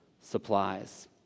supplies